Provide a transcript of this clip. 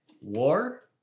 War